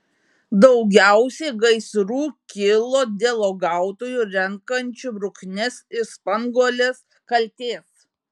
daugiausiai gaisrų kilo dėl uogautojų renkančių bruknes ir spanguoles kaltės